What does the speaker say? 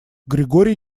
григорий